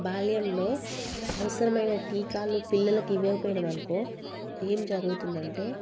బాల్యంలో అవసరమైన టీకాలు పిల్లలకి ఇవ్వకపోయినాం అనుకో ఏమి జరుగుతుందంటే